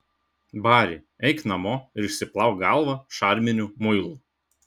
bari eik namo ir išsiplauk galvą šarminiu muilu